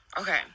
okay